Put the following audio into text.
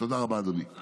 תודה רבה, אדוני.